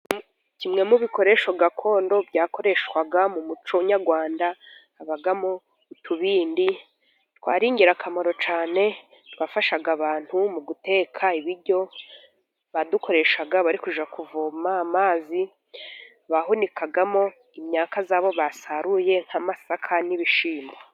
Kimwe mu bikoresho gakondo byakoreshwaga mu muco nyarwanda, habamo utubindi twari ingirakamaro cyane, twafashaga abantu mu guteka ibiryo, badukoreshaga barajya kuvoma amazi, bahunikagamo imyaka yabo basaruye, nk'amasaka n'ibishyimbo.